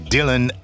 Dylan